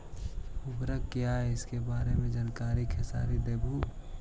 उर्वरक क्या इ सके बारे मे जानकारी खेसारी देबहू?